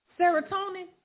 Serotonin